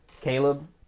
Caleb